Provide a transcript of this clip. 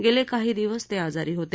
गेले काही दिवस ते आजारी होते